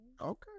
Okay